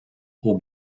aux